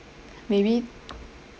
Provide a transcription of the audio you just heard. maybe